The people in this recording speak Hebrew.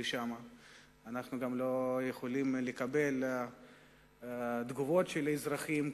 אנחנו גם לא יכולים לקבל תגובות של אזרחים,